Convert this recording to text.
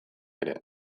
ere